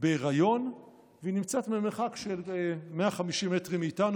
בהיריון והיא נמצאת במרחק של 150 מטרים מאיתנו,